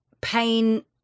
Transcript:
Pain